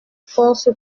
force